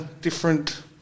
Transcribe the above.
different